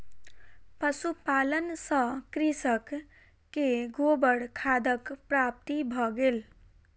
पशुपालन सॅ कृषक के गोबर खादक प्राप्ति भ गेल